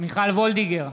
מיכל וולדיגר,